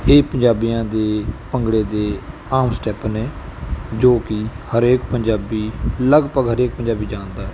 ਇਹ ਪੰਜਾਬੀਆਂ ਦੇ ਭੰਗੜੇ ਦੇ ਆਮ ਸਟੈਪ ਨੇ ਜੋ ਕਿ ਹਰੇਕ ਪੰਜਾਬੀ ਲਗਭਗ ਹਰੇਕ ਪੰਜਾਬੀ ਜਾਣਦਾ